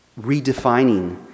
redefining